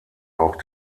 auch